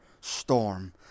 storm